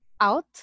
out